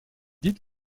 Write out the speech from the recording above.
dites